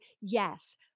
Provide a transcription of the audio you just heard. yes